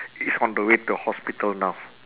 he's on the way to hospital now